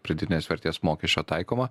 pridėtinės vertės mokesčio taikoma